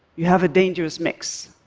you have a dangerous mix.